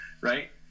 right